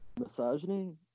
misogyny